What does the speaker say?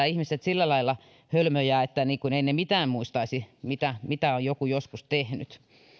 ihmiset ole sillä lailla hölmöjä että eivät mitään muistaisi siitä mitä on joku joskus tehnyt